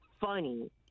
funny